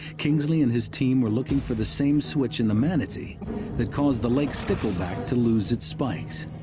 kingsley and his team are looking for the same switch in the manatee that caused the lake stickleback to lose its spikes.